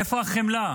איפה החמלה?